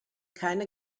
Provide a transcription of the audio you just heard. keine